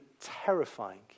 terrifying